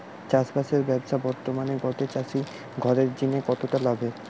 চাষবাসের ব্যাবসা বর্তমানে গটে চাষি ঘরের জিনে কতটা লাভের?